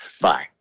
Bye